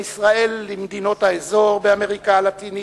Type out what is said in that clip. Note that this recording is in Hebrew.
ישראל למדינות האזור באמריקה הלטינית,